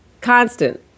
constant